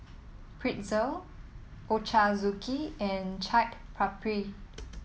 Pretzel Ochazuke and Chaat Papri